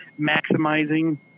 maximizing